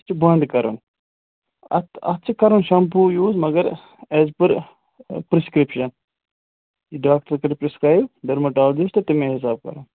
سُہ چھُ بنٛد کرُن اَتھ اَتھ چھُ کرُن شَمپوٗ یوٗز مگر ایز پٔر پِرٛسکِرٛپشَن یہِ ڈاکٹر کَرِ پِرٛسکرٛایِب ڈٔرمَٹالجِسٹ تَمے حِساب کرُن